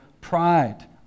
Pride